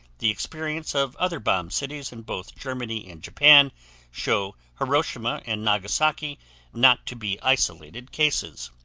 the experience of other bombed cities in both germany and japan show hiroshima and nagasaki not to be isolated cases.